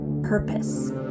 purpose